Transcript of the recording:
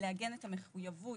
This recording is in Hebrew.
לעגן את המחויבות